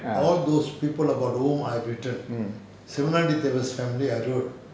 mm